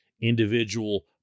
individual